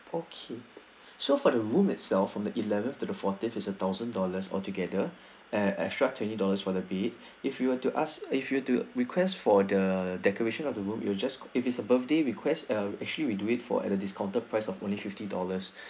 okay so for the room itself from the eleventh to the fourteenth is a thousand dollars altogether and extra twenty dollars for the bed if you were to ask if you were to request for the decoration of the room you will just if it's a birthday request uh actually we do it for at a discounted price of only fifty dollars